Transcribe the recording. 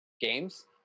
Games